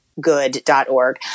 good.org